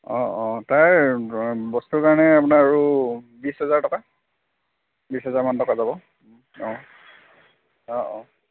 অঁ অঁ তাৰ বস্তুৰ কাৰণে আপোনাৰ আৰু বিছ হেজাৰ টকা বিছ হেজাৰমান টকা যাব অঁ অঁ অঁ